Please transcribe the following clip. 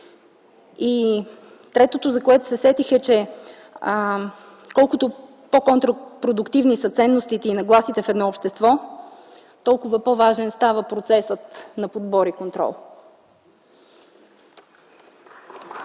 И третото, за което се сетих, е, че колкото по-контрапродуктивни са ценностите и нагласите в едно общество, толкова по-важен става процесът на подбор и контрол.